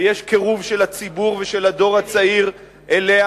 ויש קירוב של הציבור ושל הדור הצעיר אליהם,